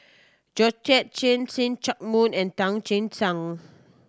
Georgette Chen See Chak Mun and Tan Che Sang